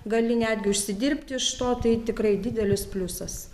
gali netgi užsidirbti iš to tai tikrai didelis pliusas